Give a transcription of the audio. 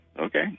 Okay